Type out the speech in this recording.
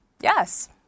yes